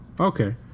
Okay